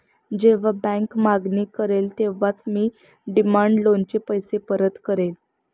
जेव्हा बँक मागणी करेल तेव्हाच मी डिमांड लोनचे पैसे परत करेन